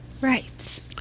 Right